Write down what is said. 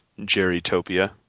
Jerrytopia